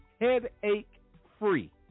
headache-free